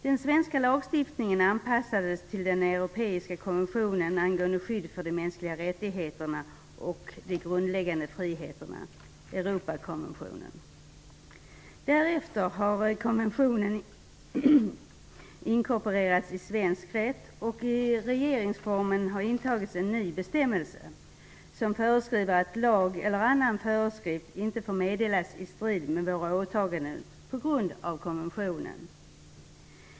Den svenska lagstiftningen anpassades till den europeiska konventionen angående skydd för mänskliga rättigheter och grundläggande friheter, Europakonventionen. Därefter har konventionen inkorporerats i svensk rätt, och i regeringsformen har intagits en ny bestämmelse som föreskriver att lag eller annan föreskrift inte får meddelas i strid med våra åtaganden på grund av konventionen.